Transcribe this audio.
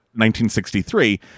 1963